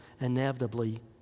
inevitably